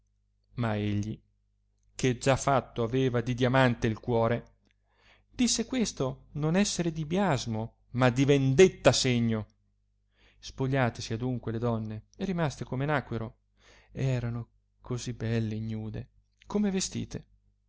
ma egli che già fatto aveva di diamante il cuore disse questo non essere di biasmo ma di vendetta segno spogliatesi adunque le donne e rimase come nacquero erano cosi belle ignude come vestite